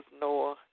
Noah